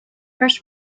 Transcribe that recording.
first